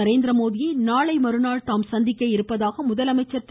நரேந்திரமோடியை நாளை மறுநாள் தாம் சந்திக்க இருப்பதாக முதலமைச்சர் திரு